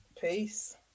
Peace